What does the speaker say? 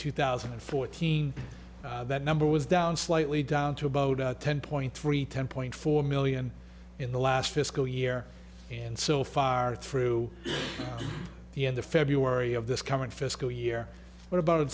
two thousand and fourteen that number was down slightly down to about ten point three ten point four million in the last fiscal year and so far through the end of february of this coming fiscal year at about